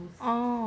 orh